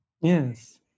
yes